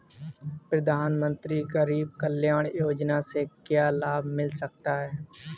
प्रधानमंत्री गरीब कल्याण योजना से क्या लाभ मिल सकता है?